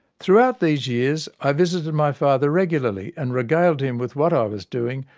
throughout these years i visited my father regularly, and regaled him with what ah i was doing,